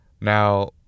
Now